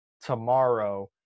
tomorrow